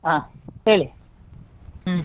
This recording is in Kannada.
ಹಾಂ ಹೇಳಿ ಹ್ಞೂ